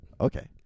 Okay